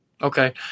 Okay